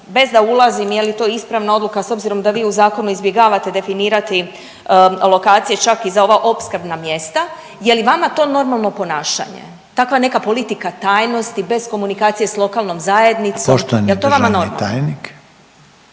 bez da ulazim je li to ispravna odluka s obzirom da vi u zakonu izbjegavate definirate lokacije čak i za ova opskrbna mjesta, je li vama to normalno ponašanje, takva neka politika tajnosti bez komunikacije s lokalnom zajednicom, jel vama to normalno?